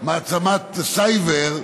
מעצמת סייבר,